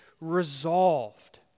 resolved